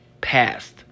past